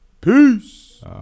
Peace